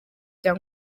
rya